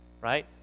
right